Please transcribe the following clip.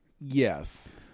yes